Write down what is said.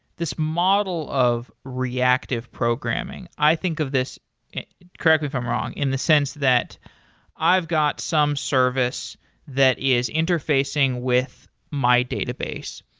this model of reactive programming i think of this and correct me if i'm wrong, in the sense that i've got some service that is interfacing with my database.